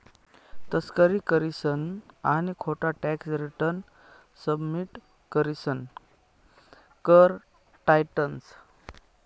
तस्करी करीसन आणि खोटा टॅक्स रिटर्न सबमिट करीसन कर टायतंस